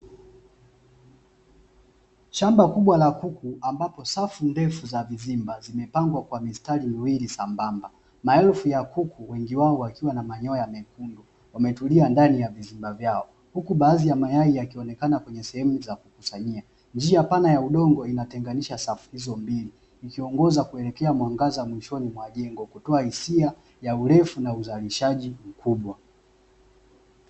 Shamba kubwa la kuku ambapo safu ndefu za vizimba zimepangwa kwa mistari miwili sambamba maelfu ya kuku na wengi wao wakiwa na manyoya mekundu wametulia ndani ya vizimba vyao huku mayai yakionekana kwenye sehemu ya kukusanyia njia ya udongo inatenganisha safu hizo mbili zikiongoza kuelekea mwangaza mzuri wa jengo zikitoa hisia ya urefu na uzalishaji mkubwa.